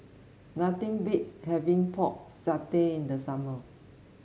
nothing beats having Pork Satay in the summer